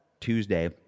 Tuesday